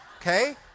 okay